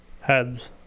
Heads